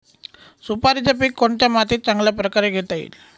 सुपारीचे पीक कोणत्या मातीत चांगल्या प्रकारे घेता येईल?